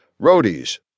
Roadies